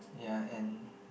ya and